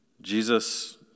Jesus